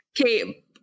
Okay